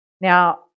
Now